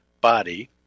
body